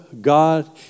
God